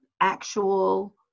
actual